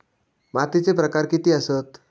मातीचे प्रकार किती आसत?